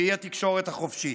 שהיא התקשורת החופשית.